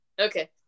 Okay